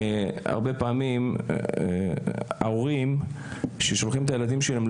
הרבה פעמים ההורים ששולחים את הילדים שלהם לגן,